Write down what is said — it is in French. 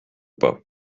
pas